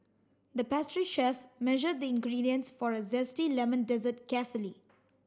the pastry chef measured the ingredients for a zesty lemon dessert carefully